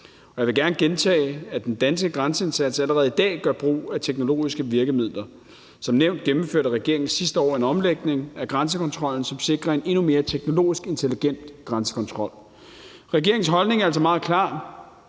år. Jeg vil gerne gentage, at den danske grænseindsats allerede i dag gør brug af teknologiske virkemidler. Som nævnt gennemførte regeringen sidste år en omlægning af grænsekontrollen, som sikrer en endnu mere teknologisk intelligent grænsekontrol. Regeringens holdning er altså meget klar: